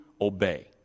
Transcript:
obey